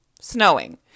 snowing